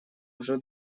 уже